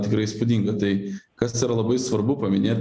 tikrai įspūdinga tai kas yra labai svarbu paminėt